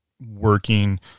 working